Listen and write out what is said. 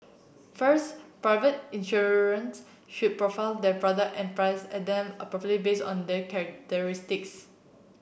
first private insurers should their product and price and them appropriately based on their characteristics